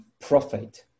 profit